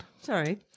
Sorry